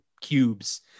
cubes